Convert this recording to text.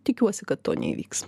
tikiuosi kad to neįvyks